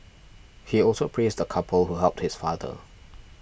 he also praised the couple who helped his father